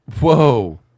Whoa